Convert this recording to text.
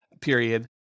period